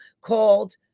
called